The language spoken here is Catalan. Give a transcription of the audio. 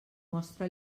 mostra